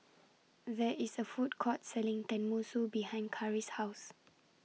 There IS A Food Court Selling Tenmusu behind Carri's House